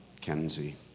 Kenzie